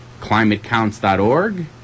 ClimateCounts.org